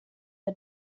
der